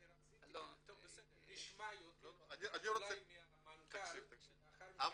רציתי --- נשמע מהמנכ"ל ולאחר מכן --- אברהם,